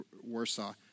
Warsaw